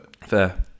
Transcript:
Fair